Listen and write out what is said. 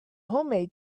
homemade